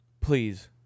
Please